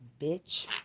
bitch